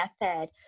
method